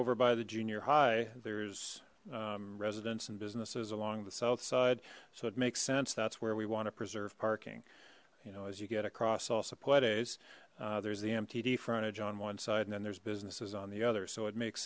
over by the junior high there's residents and businesses along the south side so it makes sense that's where we want to preserve parking you know as you get across also play days there's the mtd frontage on one side and then there's businesses on the other so it makes